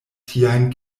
tiajn